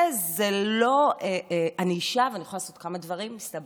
אני אישה, ואני יכולה לעשות כמה דברים, מסתבר.